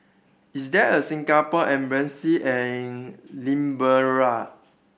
is there a Singapore Embassy in Liberia